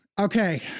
Okay